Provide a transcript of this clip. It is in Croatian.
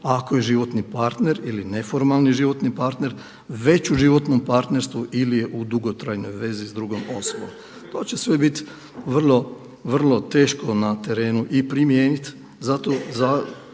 ako je životni partner ili neformalni životni partner, već u životnom partnerstvu ili je u dugotrajnoj vezi s drugom osobom. To će sve biti vrlo teško na terenu i primijenit